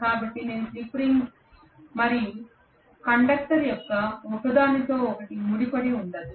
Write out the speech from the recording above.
కాబట్టి నేను slip ring మరియు కండక్టర్ యొక్క ఒకదానితో ఒకటి ముడిపడి ఉండదు